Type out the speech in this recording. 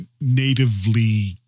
natively